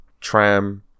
tram